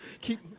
keep